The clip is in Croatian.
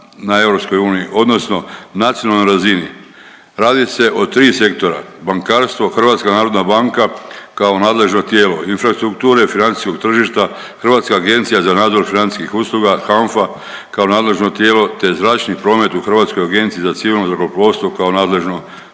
na EU, odnosno nacionalnoj razini. Radi se o tri sektora – bankarstvo, Hrvatska narodna banka kao nadležno tijelo, infrastrukture financijskog tržišta, Hrvatska agencija za nadzor financijskih usluga HANFA kao nadležno tijelo, te zračni promet u Hrvatskoj agenciji za civilno zrakoplovstvo kao nadležno tijelo.